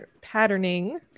patterning